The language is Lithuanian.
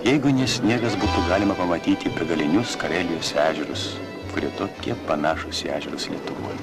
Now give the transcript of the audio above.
jeigu ne sniegas būtų galima pamatyti begalinius karelijos ežerus kurie tokie panašūs į ežerus lietuvoj